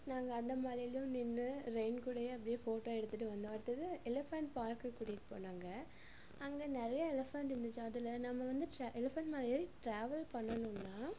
நாங்கள் அந்த மழைலியும் நின்று ரெயின் கூடயே அப்படியே ஃபோட்டோ எடுத்துகிட்டு வந்தோம் அடுத்தது எலஃபேண்ட் பார்க்குக்கு கூட்டிகிட்டு போனாங்க அங்கே நிறையா எலஃபேண்ட் இருந்துச்சு அதில் நம்ம வந்து ட்ர எலஃபேண்ட் மேலே ஏறி ட்ராவல் பண்ணணும்னா